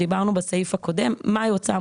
זו קופה סגורה בעצם, מה שאתה מקבל אתה